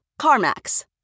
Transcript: CarMax